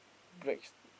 breaks